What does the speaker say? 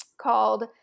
called